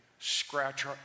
scratch